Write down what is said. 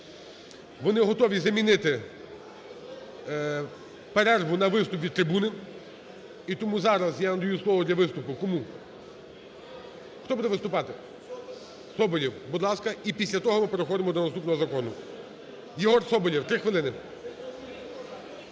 Вони готові замінити перерву на виступ від трибуни. І тому зараз я надаю слово для виступу. Кому? Хто буде виступати? Соболєв, будь ласка, і після того переходимо до наступного закону. Єгор Соболєв, 3хвилини. Будь